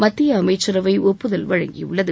மத்திய அமைச்சரவை ஒப்புதல் வழங்கியுள்ளது